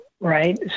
Right